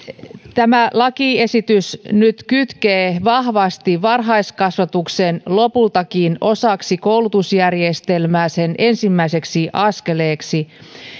tämä lakiesitys nyt kytkee vahvasti varhaiskasvatuksen lopultakin osaksi koulutusjärjestelmää sen ensimmäiseksi askeleeksi